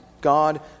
God